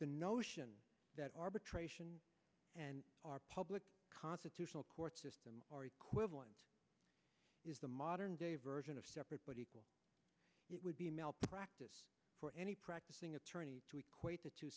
the notion that arbitration and our public constitutional court system are equal one is the modern day version of separate but equal it would be malpractise for any practicing attorney to equate the two